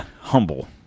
humble